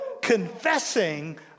confessing